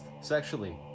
Sexually